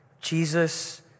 Jesus